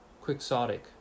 Quixotic